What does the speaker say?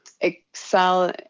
excel